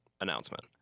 announcement